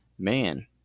man